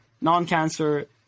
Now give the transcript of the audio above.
non-cancer